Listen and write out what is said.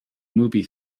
movie